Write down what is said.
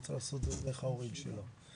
הוא צריך לעשות את זה דרך ההורים שלו.